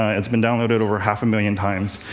it's been downloaded over half a million times.